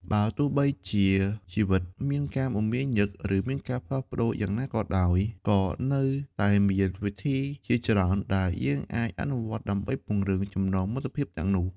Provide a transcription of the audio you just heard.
បើទោះជាជីវិតមានការមមាញឹក ឬមានការផ្លាស់ប្តូរយ៉ាងណាក៏ដោយ ក៏នៅតែមានវិធីជាច្រើនដែលយើងអាចអនុវត្តដើម្បីពង្រឹងចំណងមិត្តភាពទាំងនោះ។